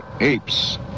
ape's